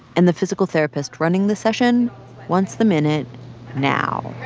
and the physical therapist running the session wants them in it now